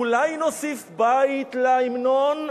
אולי נוסיף בית להמנון?